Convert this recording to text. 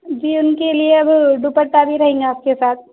جی ان کے لیے اب ڈوپٹہ بھی رہیں گا اس کے ساتھ